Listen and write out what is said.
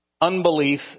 unbelief